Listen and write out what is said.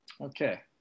Okay